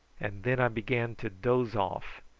and then i began to dose off,